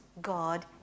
God